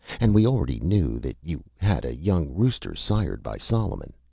and we already knew that you had a young rooster sired by solomon.